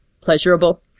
pleasurable